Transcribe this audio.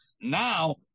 Now